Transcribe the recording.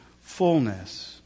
fullness